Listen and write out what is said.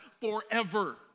forever